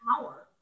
power